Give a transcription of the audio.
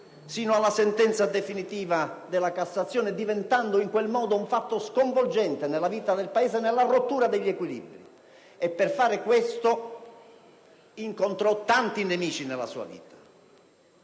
sino alla sentenza definitiva della Cassazione, diventando in quel modo un fatto sconvolgente nella vita del Paese e nella rottura degli equilibri. Per fare questo incontrò tanti nemici nella sua vita.